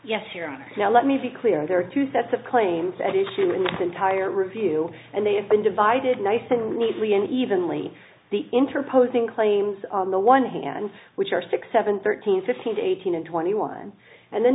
you're on now let me be clear there are two sets of claims at issue in this entire review and they have been divided nice and neatly and evenly the interposing claims on the one hand which are six seven thirteen fifteen eighteen and twenty one and the